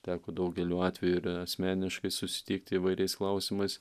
teko daugeliu atveju ir asmeniškai susitikt įvairiais klausimais